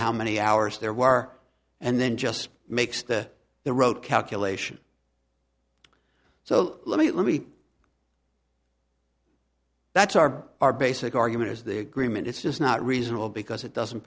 how many hours there were and then just makes the the road calculation so let me let me that's our our basic argument is the agreement it's just not reasonable because it doesn't